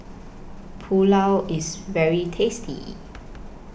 Pulao IS very tasty